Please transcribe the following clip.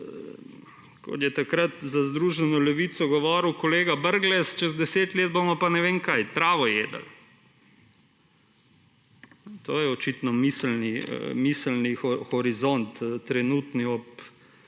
kot je takrat za združeno levico govoril kolega Brglez, čez 10 let bomo pa ne vem kaj travo jedli. To je očitno miselni horizont trenutni ob vedno